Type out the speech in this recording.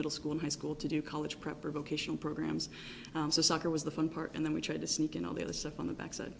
middle school high school to do college prep or vocational programs soccer was the fun part and then we try to sneak in all the other stuff on the back side